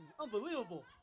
unbelievable